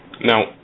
now